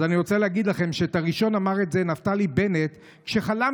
אז אני רוצה להגיד לכם שאת הראשון אמר נפתלי בנט כשחלם